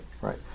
right